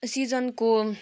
सिजनको